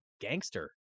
gangster